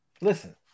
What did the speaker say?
Listen